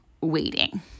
waiting